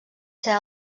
ser